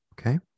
Okay